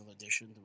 Edition